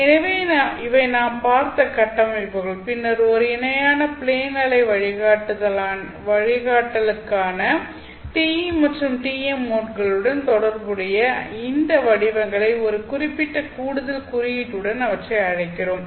எனவே இவை நாம் பார்த்த கட்டமைப்புகள் பின்னர் ஒரு இணையான பிளேன் அலை வழிகாட்டலுக்கான TE அல்லது TM மோட்களுடன் தொடர்புடைய இந்த வடிவங்களை ஒரு குறிப்பிட்ட கூடுதல் குறியீட்டுடன் அவற்றை அழைக்கிறோம்